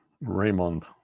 raymond